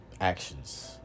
actions